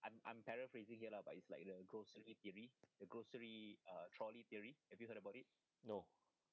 no